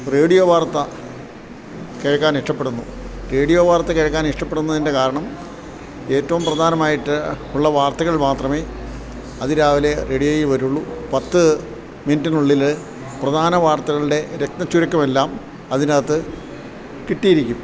radio വാർത്ത കേൾക്കാൻ ഇഷ്ടപ്പെടുന്നു റേഡിയോ വാർത്ത കേൾക്കാൻ ഇഷ്ടപ്പെടുന്നതിൻ്റെ കാരണം ഏറ്റവും പ്രധാനമായിട്ട് ഉള്ള വാർത്തകൾ മാത്രമേ അതിരാവിലെ റേഡിയോയിൽ വരുള്ളൂ പത്ത് മിനിറ്റിനുള്ളിൽ പ്രധാന വാർത്തകളുടെ രത്നച്ചുരുക്കമെല്ലാം അതിനകത്ത് കിട്ടിയിരിക്കും